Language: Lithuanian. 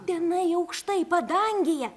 tenai aukštai padangėje